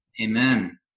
Amen